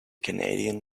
canadian